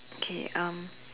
okay um